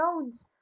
Jones